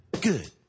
Good